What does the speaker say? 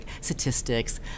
statistics